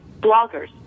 bloggers